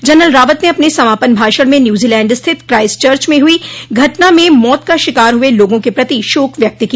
general Rawat ने अपने समापन भाषण में न्यूज़ीलैण्ड स्थित क्राइस्ट चर्च में हुई घटना में मौत का शिकार हुए लोगों के प्रति शोक व्यक्त किया